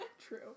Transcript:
True